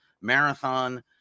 marathon